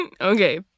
Okay